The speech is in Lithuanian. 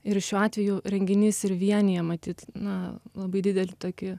ir šiuo atveju renginys ir vienija matyt na labai didelį tokį